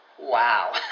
Wow